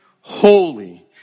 holy